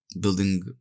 building